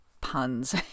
puns